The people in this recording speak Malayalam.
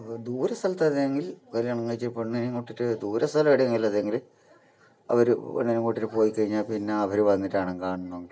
ദൂര സ്ഥലത്തായിരുന്നെങ്കിൽ കല്ല്യാണം കഴിച്ച പെണ്ണിനെയും കൂട്ടിയിട്ട് ദൂരെ സ്ഥലം എവിടെയെങ്കിലും ഉള്ളതെങ്കിൽ അവർ പെണ്ണിനെയും കൂട്ടിയിട്ട് പോയി കഴിഞ്ഞാൽ പിന്നെ അവർ വന്നിട്ടാവണം കാണണമെങ്കിൽ